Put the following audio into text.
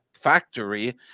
factory